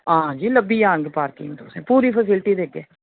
हां जी लब्भी जाग पार्किंग तुसें पूरी फेसिलिटी देगे